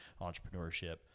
entrepreneurship